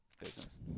business